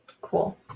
Cool